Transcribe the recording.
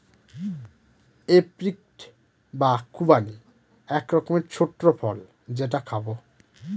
apricot বা খুবানি এক রকমের ছোট্ট ফল যেটা খাবো